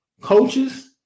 coaches